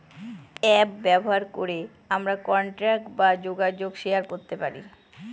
app ব্যবহার করে আমরা কন্টাক্ট বা যোগাযোগ শেয়ার করতে পারি